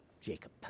Jacob